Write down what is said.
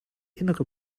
innere